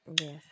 Yes